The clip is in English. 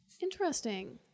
Interesting